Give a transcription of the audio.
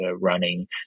running